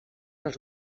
els